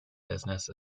business